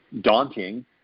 daunting